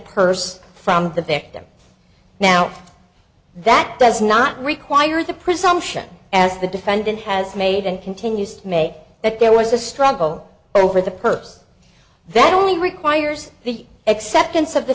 purse from the victim now that does not require the presumption as the defendant has made and continues to may that there was a struggle over the purse that only requires the acceptance of the